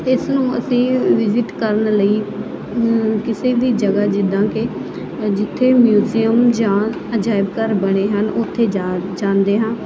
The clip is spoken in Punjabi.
ਇਸ ਨੂੰ ਅਸੀਂ ਵਿਜ਼ਿਟ ਕਰਨ ਲਈ ਕਿਸੇ ਦੀ ਜਗ੍ਹਾ ਜਿੱਦਾਂ ਕਿ ਜਿੱਥੇ ਮਿਊਜ਼ੀਅਮ ਜਾਂ ਅਜਾਇਬ ਘਰ ਬਣੇ ਹਨ ਉੱਥੇ ਜਾ ਜਾਂਦੇ ਹਾਂ